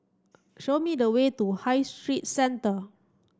show me the way to High Street Centre